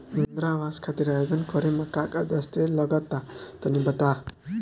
इंद्रा आवास खातिर आवेदन करेम का का दास्तावेज लगा तऽ तनि बता?